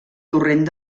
torrent